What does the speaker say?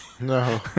No